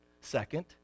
Second